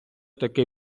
таки